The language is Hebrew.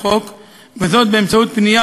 לעצם העניין,